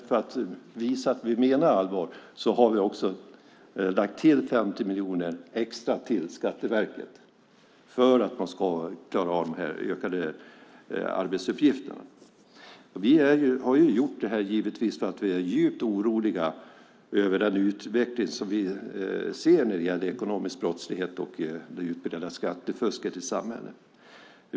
För att visa att vi menar allvar har vi lagt till 50 miljoner extra till Skatteverket för att man ska klara av de utökade arbetsuppgifterna. Vi har givetvis gjort det för vi är djupt oroade över den utveckling som vi ser när det gäller ekonomisk brottslighet och det utbredda skattefusket i samhället.